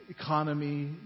economy